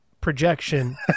projection